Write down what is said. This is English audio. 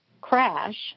crash